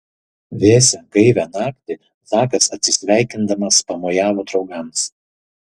vėsią gaivią naktį zakas atsisveikindamas pamojavo draugams